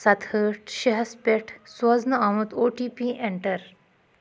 سَتہ ہٲٹھ شےٚ ہَس پٮ۪ٹھ سوزنہٕ آمُت او ٹی پی اینٹر